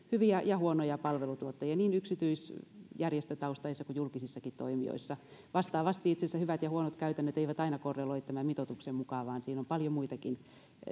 hyviä ja huonoja palveluntuottajia niin yksityis järjestötaustaisissa kuin julkisissakin toimijoissa vastaavasti itse asiassa hyvät ja huonot käytännöt eivät aina korreloi tämän mitoituksen mukaan vaan siinä on paljon muitakin